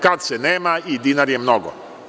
Kada se nema, i dinar je mnogo.